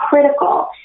critical